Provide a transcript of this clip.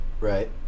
Right